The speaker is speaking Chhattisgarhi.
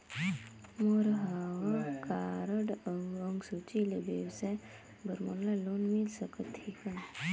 मोर हव कारड अउ अंक सूची ले व्यवसाय बर मोला लोन मिल सकत हे का?